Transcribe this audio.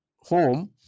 home